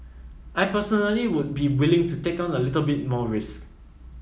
I personally would be willing to take on a little bit more risk